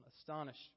astonished